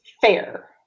fair